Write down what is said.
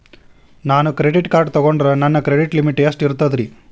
ನಾನು credit card ತೊಗೊಂಡ್ರ ನನ್ನ ಕ್ರೆಡಿಟ್ ಲಿಮಿಟ್ ಎಷ್ಟ ಇರ್ತದ್ರಿ?